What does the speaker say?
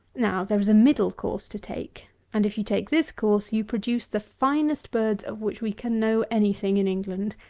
now, there is a middle course to take and if you take this course, you produce the finest birds of which we can know any thing in england.